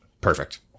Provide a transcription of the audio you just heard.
Perfect